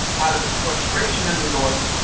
out of this frustration in the north.